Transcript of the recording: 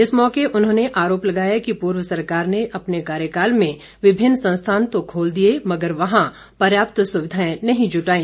इस मौके उन्होंने आरोप लगाया कि पूर्व सरकार ने अपने कार्यकाल में विभिन्न संस्थान तो खोल दिए मगर वहां पर्याप्त सुविधाएं नहीं जुटाई